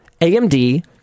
AMD